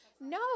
No